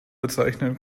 bezeichnen